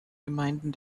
gemeinden